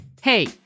Hey